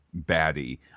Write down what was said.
baddie